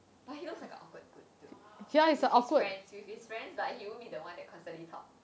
but he looks like a awkward dude with his friends with his friends but he won't be the one that constantly talk